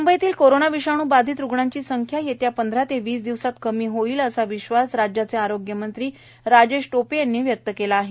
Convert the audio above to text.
मुंबईतली कोरोना विषाणू बाधित रुग्णांची संख्या येत्या पंधरा ते वीस दिवसात कमी होईल असा विश्वास राज्याचे आरोग्य मंत्री राजेश टोपे यांनी व्यक्त केला आहे